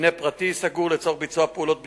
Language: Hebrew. מבנה פרטי סגור לצורך ביצוע פעולות בדיקה,